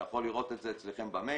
אתה יכול לראות את זה אצלכם במייל.